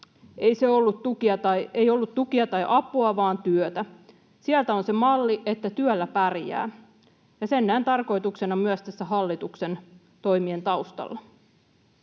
— ei ollut tukia tai apua vaan työtä. Sieltä on se malli, että työllä pärjää, ja sen näen tarkoituksena myös näiden hallituksen toimien taustalla.